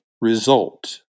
result